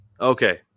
Okay